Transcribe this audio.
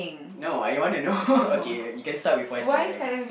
no I wanna know okay you can start with why skydiving